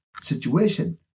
situation